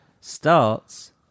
starts